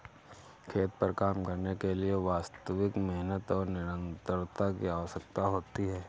खेत पर काम करने के लिए वास्तविक मेहनत और निरंतरता की आवश्यकता होती है